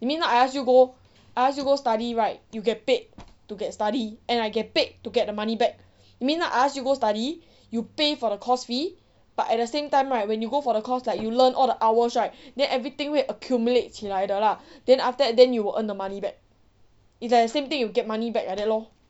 that means now I ask you go ask you go study right you get paid to get study and I get paid to get the money back means now I ask you go study you pay for the course fee but at the same time right when you go for the course like you learn all the hours right then everything 会 accumulate 起来的 lah then after then you will earn the money back it's like same thing you get money back like that lor